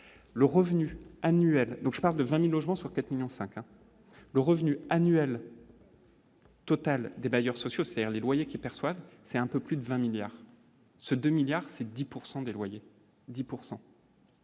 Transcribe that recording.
le revenu annuel donc je parle de 20000 logements sur 4 millions 5, le revenu annuel. Total des bailleurs sociaux, c'est-à-dire les loyers qui perçoivent, c'est un peu plus de 20 milliards ce 2 milliards c'est 10 pourcent